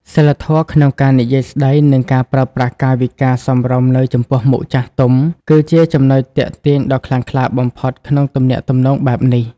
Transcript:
សីលធម៌ក្នុងការនិយាយស្តី និងការប្រើប្រាស់កាយវិការសមរម្យនៅចំពោះមុខចាស់ទុំ គឺជាចំណុចទាក់ទាញដ៏ខ្លាំងក្លាបំផុតក្នុងទំនាក់ទំនងបែបនេះ។